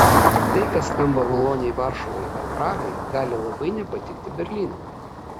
tai kas skamba maloniai varšuvai ar prahai gali labai nepatikti berlynui